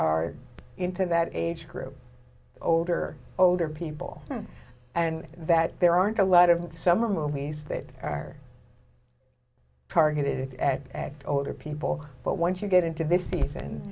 are into that age group older older people and that there aren't a lot of summer movies that are targeted at older people but once you get into this season